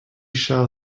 shall